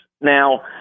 Now